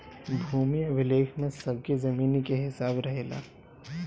भूमि अभिलेख में सबकी जमीनी के हिसाब रहेला